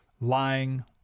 lying